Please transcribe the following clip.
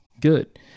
good